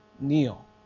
kneel